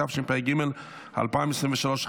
התשפ"ג 2023,